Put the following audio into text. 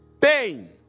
pain